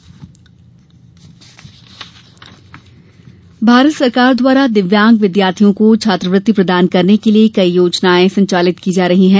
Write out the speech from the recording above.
छात्रवृत्ति भारत सरकार द्वारा दिव्यांग विद्यार्थियों को छात्रवृत्ति प्रदान करने के लिये कई योजनाएं संचालित की जा रही हैं